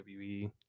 WWE